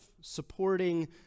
supporting